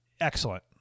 Excellent